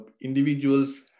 individuals